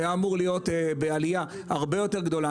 בעליה הרבה יותר גדולה.